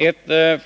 Ett